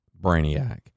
brainiac